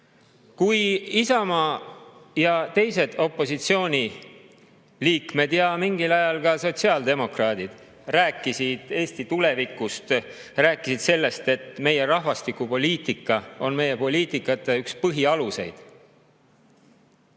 Isamaa ja teised opositsiooni liikmed ja mingil ajal ka sotsiaaldemokraadid rääkisid Eesti tulevikust, rääkisid sellest, et meie rahvastikupoliitika on meie poliitikate üks põhialuseid,